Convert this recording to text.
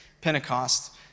Pentecost